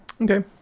Okay